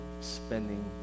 spending